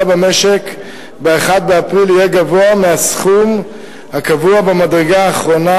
במשק ב-1 באפריל יהיה גבוה מהסכום הקבוע במדרגה האחרונה,